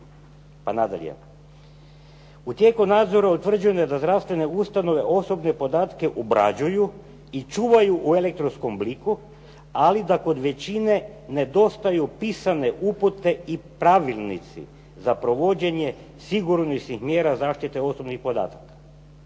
Pa nadalje. U tijeku nadzora utvrđeno je da zdravstvene ustanove osobne podatke obrađuju i čuvaju u elektronskom obliku, ali da kod većine nedostaju pisane upute i pravilnici za provođenje sigurnosnih mjera zaštite osobnih podataka.